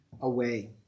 away